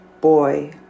boy